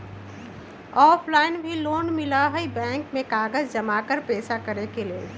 Offline भी loan मिलहई bank में कागज जमाकर पेशा करेके लेल?